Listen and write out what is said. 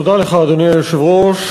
תוכנית פראוור,